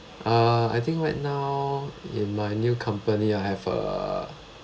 uh I think right now in my new company I have uh